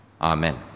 Amen